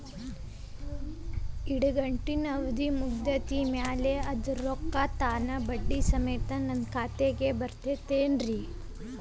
ಇಡಗಂಟಿನ್ ಅವಧಿ ಮುಗದ್ ಮ್ಯಾಲೆ ಅದರ ರೊಕ್ಕಾ ತಾನ ಬಡ್ಡಿ ಸಮೇತ ನನ್ನ ಖಾತೆದಾಗ್ ಜಮಾ ಆಗ್ತಾವ್ ಅಲಾ?